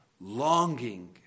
longing